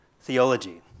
Theology